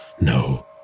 no